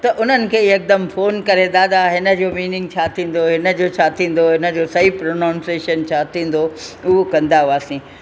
त उन्हनि खे यकदमि फोन करे दादा हिन जो मीनिंग छा थींदो हिन जो छा थींदो हिन जो सही प्रोनाऊन्सेशन छा थींदो उहो कंदा हुआसीं